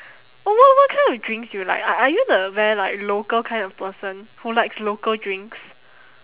oh what what kind of drinks do you like are are you the very like local kind of person who likes local drinks